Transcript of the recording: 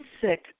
sick